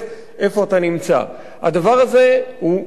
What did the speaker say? הדבר הזה הוא פגיעה בחירות,